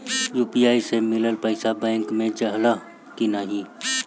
UPI से मिलल पईसा बैंक मे जाला की नाहीं?